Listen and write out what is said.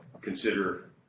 consider